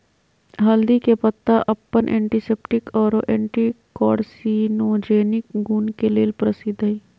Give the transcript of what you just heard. हल्दी के पत्ता अपन एंटीसेप्टिक आरो एंटी कार्सिनोजेनिक गुण के लेल प्रसिद्ध हई